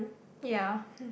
ya